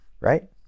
Right